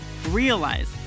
realize